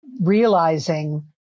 realizing